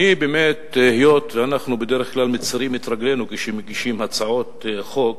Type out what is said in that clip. היות שבדרך כלל מצרים את צעדינו כשאנו מגישים הצעות חוק,